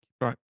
Right